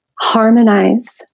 harmonize